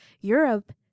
Europe